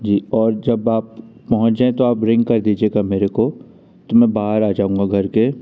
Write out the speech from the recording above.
जी और जब आप पहुँच जाए तो आप रिंग कर दीजिएगा मेरे को तो मैं बाहर आ जाऊंगा घर के